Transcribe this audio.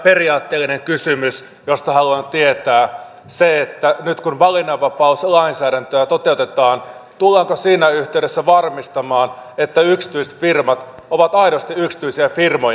periaatteellinen kysymys josta haluan tietää on se että nyt kun valinnanvapauslainsäädäntöä toteutetaan tullaanko siinä yhteydessä varmistamaan että yksityiset firmat ovat aidosti yksityisiä firmoja